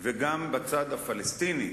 וגם בצד הפלסטיני,